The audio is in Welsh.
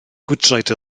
gwydraid